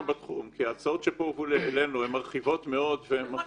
כי ההצעות שהובאו פה מרחיבות מאוד ------ חברות,